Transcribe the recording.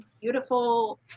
beautiful